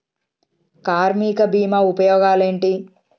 కార్మిక బీమా ఉపయోగాలేంటి?